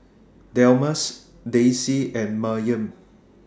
Delmus Daisye and Maryam